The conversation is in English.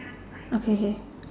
okay K